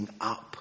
up